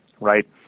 right